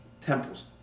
Temple's